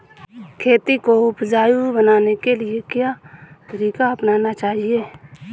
खेती को उपजाऊ बनाने के लिए क्या तरीका अपनाना चाहिए?